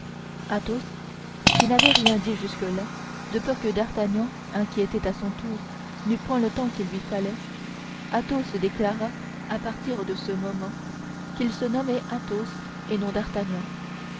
captifs athos qui n'avait rien dit jusque-là de peur que d'artagnan inquiété à son tour n'eût point le temps qu'il lui fallait athos déclara à partir de ce moment qu'il se nommait athos et non d'artagnan